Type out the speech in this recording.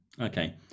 Okay